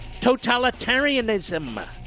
totalitarianism